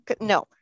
no